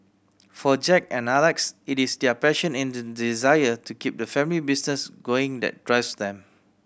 for Jack and Alex it is their passion and desire to keep the family business going that drives them